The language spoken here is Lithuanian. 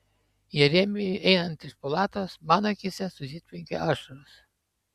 jeremijui einant iš palatos man akyse susitvenkė ašaros